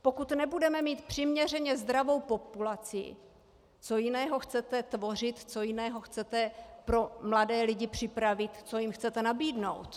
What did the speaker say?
Pokud nebudeme mít přiměřeně zdravou populaci, co jiného chcete tvořit, co jiného chcete pro mladé lidi připravit, co jim chcete nabídnout?